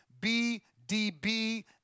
BDB